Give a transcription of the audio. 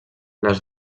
les